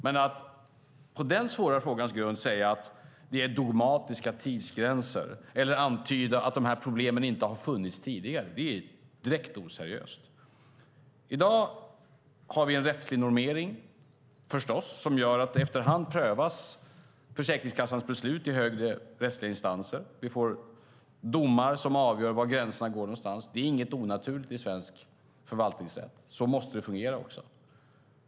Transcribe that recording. Men det är direkt oseriöst att på denna svåra frågas grund säga att det är dogmatiska tidsgränser eller antyda att problemen inte har funnits tidigare. I dag har vi, förstås, en rättslig normering som gör att Försäkringskassans beslut efter hand prövas i högre rättsliga instanser. Vi får domar som avgör var gränserna går någonstans. Det är inget onaturligt i svensk förvaltningsrätt. Så måste det fungera.